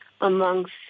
amongst